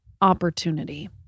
opportunity